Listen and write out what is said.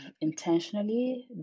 intentionally